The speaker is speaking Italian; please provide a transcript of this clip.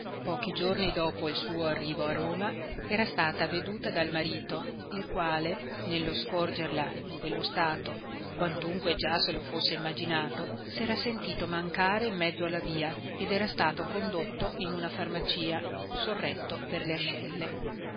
pochi giorni dopo il suo arrivo a roma era stata veduta dal marito il quale nello scorgerla in quello stato quantunque già se lo fosse immaginato sera sentito mancare in mezzo alla via ed era stato condotto in una farmacia sorretto per le ascelle